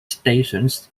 stations